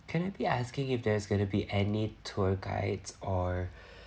can I be asking if there's gonna be any tour guides or